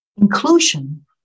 Inclusion